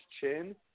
chin